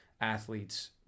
athletes